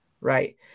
Right